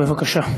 בבקשה.